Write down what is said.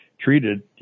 treated